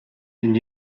and